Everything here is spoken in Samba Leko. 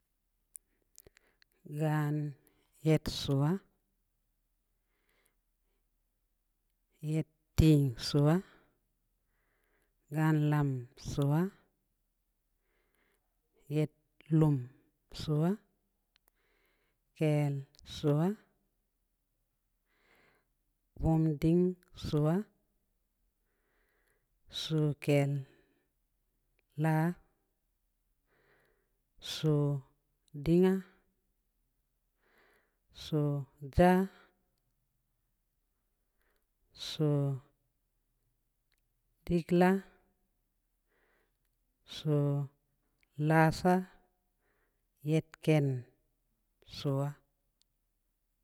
Ga'an yeat suu wa'a ya'at tə suu wa'a ga'a lam suaway'a ya'at lum suuwa'a keel suu wa nvum diing su wa'a suukeel la suu ding nga suu ndza suu pə kə la suu la sa'a ya'at kəən suu wa'a.